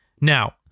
Now